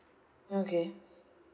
okay